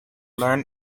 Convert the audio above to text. learn